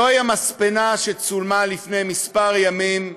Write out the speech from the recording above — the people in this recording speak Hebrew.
זוהי המספנה שצולמה לפני כמה ימים בקיל,